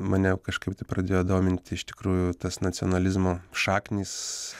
mane jau kažkaip pradėjo domint iš tikrųjų tas nacionalizmo šaknys